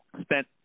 Spent